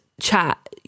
chat